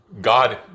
god